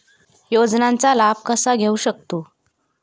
योजनांचा लाभ कसा घेऊ शकतू?